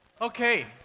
Okay